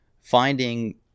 finding